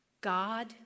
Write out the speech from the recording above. God